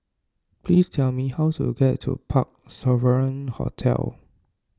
please tell me how to get to Parc Sovereign Hotel